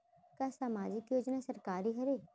का सामाजिक योजना सरकारी हरे?